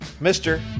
mister